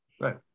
right